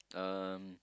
um